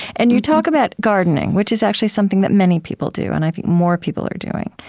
and you talk about gardening, which is actually something that many people do, and i think more people are doing.